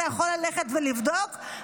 אתה יכול ללכת ולבדוק.